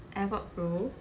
AirPods Pro